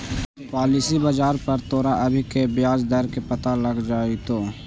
policy बाजार पर तोरा अभी के ब्याज दर के पता लग जाइतो